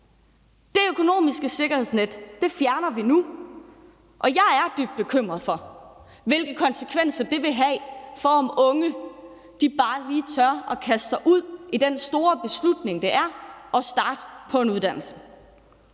Det økonomiske sikkerhedsnet fjerner vi nu, og jeg er dybt bekymret for, hvilke konsekvenser det vil have, i forhold til om unge bare lige tør at kaste sig ud i den store beslutning, det er at starte på en uddannelse.